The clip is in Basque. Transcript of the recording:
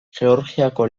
georgiako